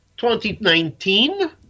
2019